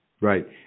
Right